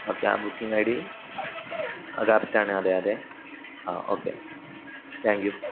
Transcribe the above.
okay ആ booking I D അത് കറക്റ്റാണ് അതെ അതെ ആ ഓക്കെ താങ്ക് യൂ